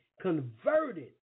converted